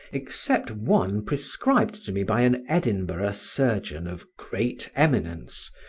except one prescribed to me by an edinburgh surgeon of great eminence,